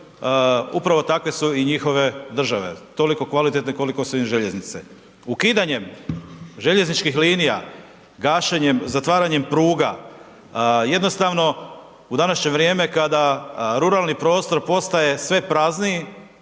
upravo takve su i njihove države, toliko kvalitetne koliko su im željeznice. Ukidanjem željezničkih linija, gašenjem, zatvaranjem pruga jednostavno u današnje vrijeme kada ruralni prostor postaje sve prazniji